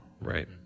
right